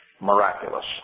miraculous